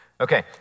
Okay